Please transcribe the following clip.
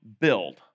Build